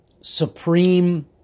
supreme